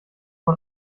man